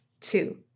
two